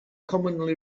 commonly